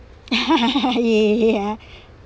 yeah